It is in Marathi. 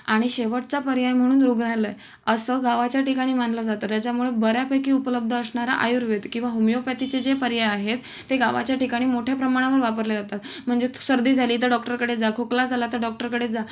आणि शेवटचा पर्याय म्हणून रुग्णालय असं गावाच्या ठिकाणी मानलं जातं त्याच्यामुळे बऱ्यापैकी उपलब्ध असणारा आयुर्वेद किंवा होमिओपॅथीचे जे पर्याय आहेत ते गावाच्या ठिकाणी मोठ्या प्रमाणावर वापरले जातात म्हणजेच सर्दी झाली तर डॉक्टरकडे जा खोकला झाला तर डॉक्टरकडे जा